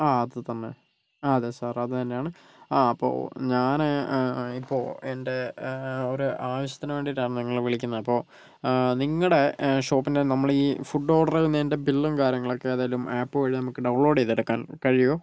ആ അതുതന്നെ അതേ സാർ അതുതന്നെയാണ് ആ അപ്പൊൾ ഞാൻ ഇപ്പൊൾ എൻറെ ഒരു ആവശ്യത്തിന് വേണ്ടിയിട്ടാണ് നിങ്ങളെ വിളിക്കുന്നത് അപ്പൊ നിങ്ങടെ ഷോപ്പിന്റെ നമ്മളീ ഫുഡ് ഓർഡർ ചെയ്യുന്നതിൻറെ ബില്ലും കാര്യങ്ങളുമൊക്കെ ഏതെങ്കിലും ആപ്പ് വഴി നമുക്ക് ഡൗൺലോഡ് ചെയ്തെടുക്കാൻ കഴിയുമോ